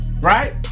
right